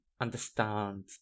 understand